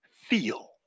feel